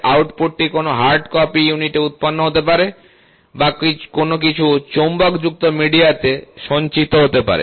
আউটপুটটি কোনও hard copy ইউনিটে উৎপন্ন হতে পারে বা কিছু চৌম্বকযুক্ত মিডিয়াতে সঞ্চিত হতে পারে